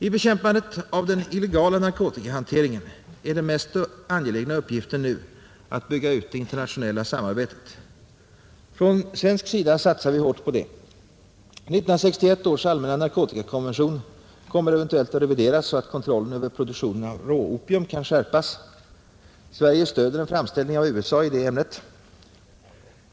I bekämpandet av den illegala narkotikahanteringen är den mest angelägna uppgiften nu att bygga ut det internationella samarbetet. Från svensk sida satsar vi hårt på detta. 1961 års allmänna narkotikakonvention kommer eventuellt att revideras så att kontrollen över produktionen av råopium kan skärpas. Sverige stöder en framställning av USA i detta ämne.